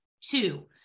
two